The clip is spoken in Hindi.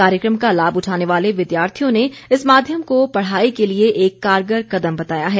कार्यक्रम का लाभ उठाने वाले विद्यार्थियों ने इस माध्यम को पढ़ाई के लिए एक कारगर कदम बताया है